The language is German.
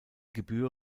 gebühr